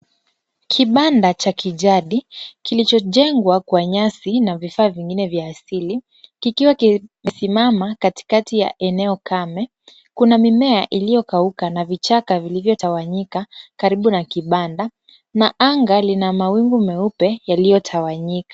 Kibanda cha kijadi kilichojengwa kwa nyasi na vifaa vingine vya asili kikiwa kimesimama katikati ya eneo kame. Kuna mimea iliyokauka na vichaka vilivyotawanyika karibu na kibanda na anga lina mawingu meupe yaliyotawanyika.